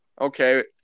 okay